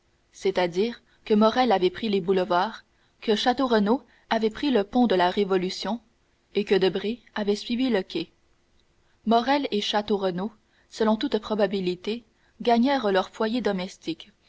c'est-à-dire que morrel avait pris les boulevards que château renaud avait pris le pont de la révolution et que debray avait suivi le quai morrel et château renaud selon toute probabilité gagnèrent leurs foyers domestiques